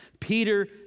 Peter